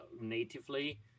natively